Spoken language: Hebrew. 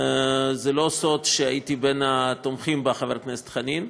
זה לא סוד שהייתי בין התומכים בה, חבר הכנסת חנין,